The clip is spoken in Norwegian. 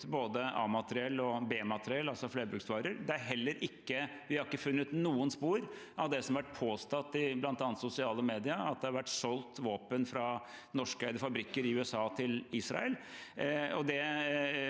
både A-materiell og B-materiell, altså flerbruksvarer. Vi har heller ikke funnet noen spor av det som ble påstått i bl.a. sosiale medier, at det har vært solgt våpen fra norskeide fabrikker i USA til Israel,